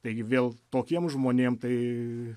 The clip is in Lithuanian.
taigi vėl tokiem žmonėm tai